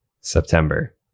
September